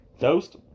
Toast